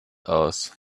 aus